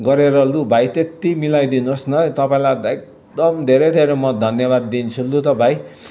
गरेर लु भाइ त्यति मिलाइदिनुहोस् न तपाईँलाई एकदम धेरै धेरै म धन्यवाद दिन्छु लु त भाइ